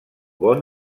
bon